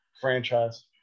franchise